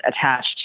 attached